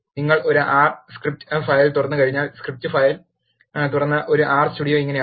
നിങ്ങൾ ഒരു R script file തുറന്നുകഴിഞ്ഞാൽ സ്ക്രിപ്റ്റ് ഫയൽ തുറന്ന ഒരു ആർ സ്റ്റുഡിയോ ഇങ്ങനെയാണ്